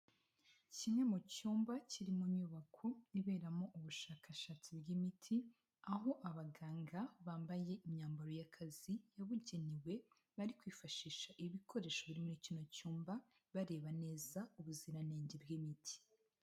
Kimwe mu cyumba kiri mu nyubako, iberamo ubushakashatsi bw'imiti, aho abaganga bambaye imyambaro y'akazi yabugenewe, bari kwifashisha ibikoresho biri muri kino cyumba, bareba neza ubuziranenge bw'imiti.